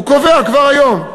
קובע כבר היום: